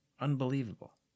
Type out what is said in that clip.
Unbelievable